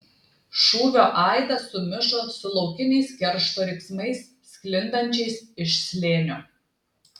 šūvio aidas sumišo su laukiniais keršto riksmais sklindančiais iš slėnio